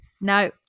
No